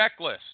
Checklist